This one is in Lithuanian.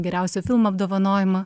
geriausio filmo apdovanojimą